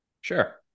Sure